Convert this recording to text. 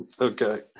Okay